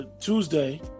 Tuesday